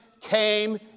came